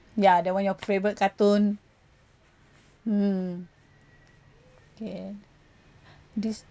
ya that one your favourite cartoon mm okay this